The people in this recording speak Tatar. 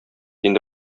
инде